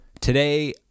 Today